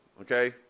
Okay